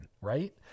right